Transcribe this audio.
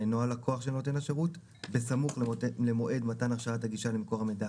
שאינו הלקוח של נותן השירות בסמוך למועד מתן הרשאת הגישה למקור המידע